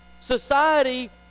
society